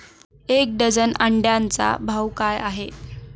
एक डझन अंड्यांचा भाव काय आहे?